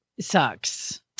sucks